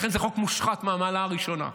לכן, זה חוק מושחת מהמעלה הראשונה.